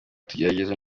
tugerageza